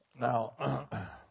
Now